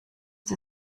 sie